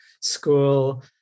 school